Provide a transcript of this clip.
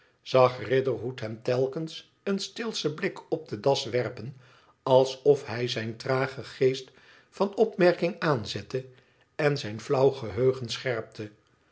zag riderhood hem telkens een steelschen blik op de das werpen alsof hij zijn tragen geest van opmerking aanzette en zijn flauw geheugen scherpte